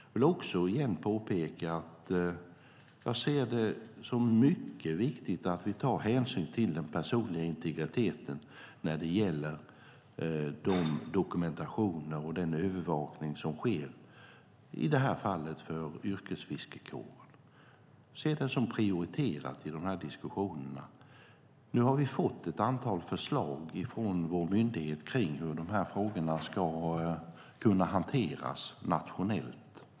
Jag vill också återigen påpeka att jag ser det som mycket viktigt att vi tar hänsyn till den personliga integriteten när det gäller den dokumentation och övervakning som sker, i det här fallet för yrkesfiskarkåren, och ser det som prioriterat i diskussionerna. Nu har vi fått ett antal förslag från vår myndighet kring hur dessa frågor kan hanteras nationellt.